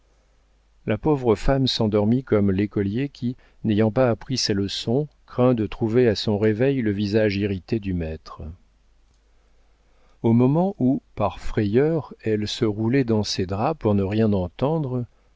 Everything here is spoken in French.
la pauvre femme s'endormit comme l'écolier qui n'ayant pas appris ses leçons craint de trouver à son réveil le visage irrité du maître au moment où par frayeur elle se roulait dans ses draps pour ne rien entendre